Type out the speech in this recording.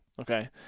okay